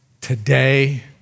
today